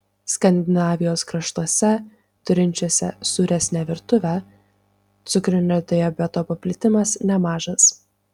skandinavijos kraštuose turinčiuose sūresnę virtuvę cukrinio diabeto paplitimas nemažas